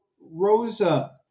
Rosa